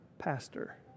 pastor